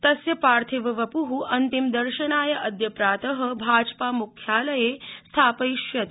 तस्य पार्थिववपु अन्तिम दर्शनाय अद्य प्रात भाजपा मुख्यालये स्थापयिष्यते